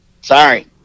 sorry